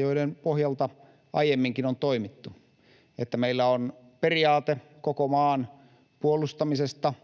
joiden pohjalta aiemminkin on toimittu, että meillä on periaate koko maan puolustamisesta,